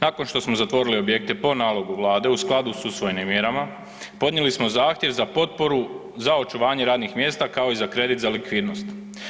Nakon što smo zatvorili objekte po nalogu vladu u skladu s usvojenim mjerama podnijeli smo zahtjev za potporu za očuvanje radnih mjesta, kao i za kredit za likvidnost.